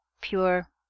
pure